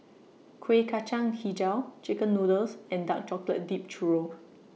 Kueh Kacang Hijau Chicken Noodles and Dark Chocolate Dipped Churro